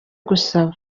gusaba